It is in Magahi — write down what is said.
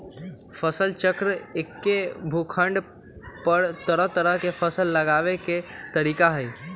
फसल चक्र एक्के भूखंड पर तरह तरह के फसल लगावे के तरीका हए